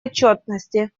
отчетности